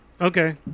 okay